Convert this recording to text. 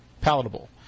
palatable